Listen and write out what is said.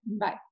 Bye